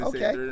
Okay